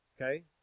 okay